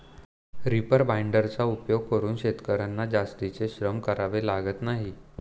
reaper बाइंडर्सचा उपयोग करून शेतकर्यांना जास्तीचे श्रम करावे लागत नाही